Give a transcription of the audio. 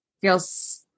feels